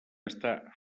està